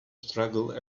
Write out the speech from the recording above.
struggle